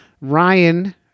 Ryan